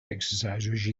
exercise